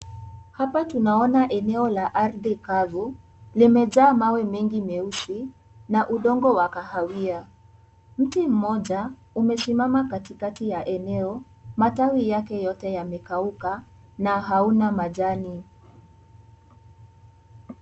Hapa tunaona eneo la ardhi kavu, limejaa mawe mengi meusi na udongo wa kahawia, mti mmoja umesimama katikati ya eneo matawi yake yote yamekauka na hauna majani.